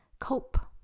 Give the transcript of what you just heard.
cope